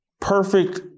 perfect